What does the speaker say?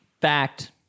Fact